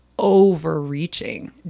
Overreaching